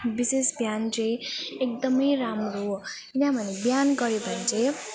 विशेष बिहान चाहिँ एकदम राम्रो हो किनभने बिहान गऱ्यो भने चाहिँ